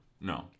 No